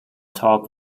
talk